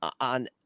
on